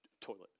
toilet